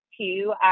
two